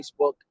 Facebook